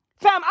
Fam